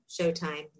Showtime